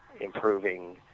improving